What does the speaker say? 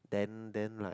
then then like